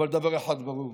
אבל דבר אחד ברור: